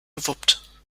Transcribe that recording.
gewuppt